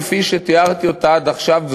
כפי שתיארתי אותה עד עכשיו,